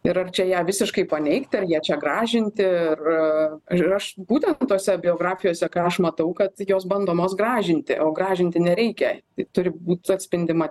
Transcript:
ir ar čia ją visiškai paneigti ar ją čia gražinti ir ir aš būtent tose biografijose ką aš matau kad jos bandomos gražinti o gražinti nereikia turi būt atspindima